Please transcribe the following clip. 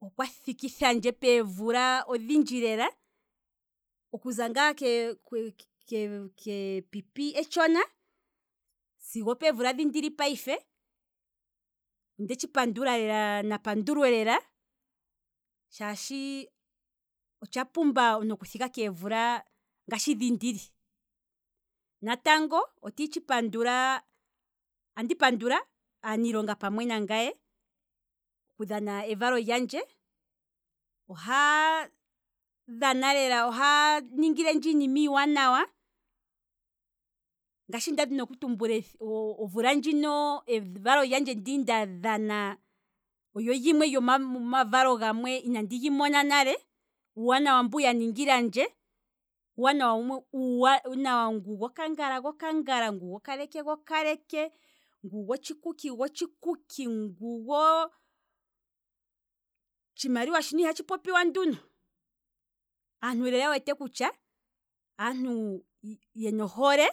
Okwa thiki thandje peemvula odhindji lela, okuza ngaa ke- ke- ke- kepipi etshona sigo okeemvula dhi ndili payife, onde tshipandula lela, na pandulwe lela, shaashi otsha pumba omuntu oku thika keemvula ngashi dhi ndili, natango andi tshu pandula, andi pandula aanilonga pamwe nangaye, oku dhana evalo lyandje, ohaya dhana lela. ohaya ningilendje iinima iiwinayi, ngashi nda dhini okutumbula omvula ndjino evalo lyandje ndi nda dhana olyo lyimwe lyomo mavaloinandi ga mona nale, uuwanawa mbu ya ningilandje, ngu goka ngala ngu gokakangala, ngu goka leke goka leke, ngu gotshikuki gotshikuki, otshimaliwa shino ihatshi popiwa nduno, aantu wu wete kutya aantu yena ohole,